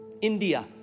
India